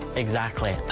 exactly.